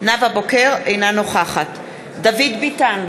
אינה נוכחת דוד ביטן,